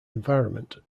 environment